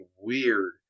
weird